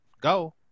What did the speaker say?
go